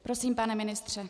Prosím, pane ministře.